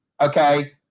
Okay